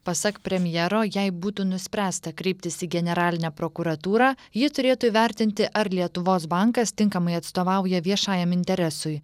pasak premjero jei būtų nuspręsta kreiptis į generalinę prokuratūrą ji turėtų įvertinti ar lietuvos bankas tinkamai atstovauja viešajam interesui